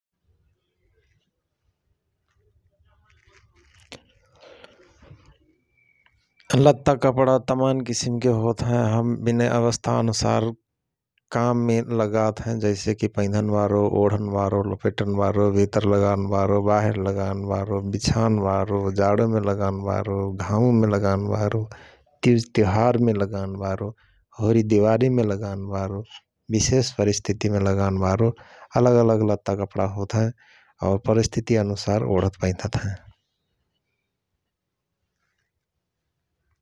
लत्ताकपडा तमान किसिमके होतहएं । हम बिनय अबस्था अनुसार काममे लगात हएं । जैसे कि पैधनमे, ओढनमे, लपेटनमे, भितर लगान बारो, बाहिर लगान बारो, बिछान बारो, जाणोमे लगान बारो, घामुमे लगान बारो, तिज तिउहारमे लगान बारो, होरि दिवारिमे लगान बारो, विशेष परिस्थितिमे लगान बारो अलग-अलग लत्ताकपडा होत हएं और परिस्थिति अनुसार ओढत पैधत हएं ।